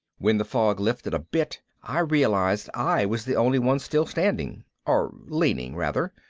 when the fog lifted a bit i realized i was the only one still standing. or leaning rather.